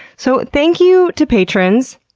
so thank you to patrons.